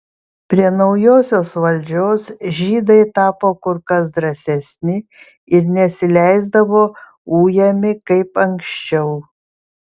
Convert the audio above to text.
prie naujosios valdžios žydai tapo kur kas drąsesni ir nesileisdavo ujami kaip anksčiau